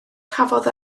cafodd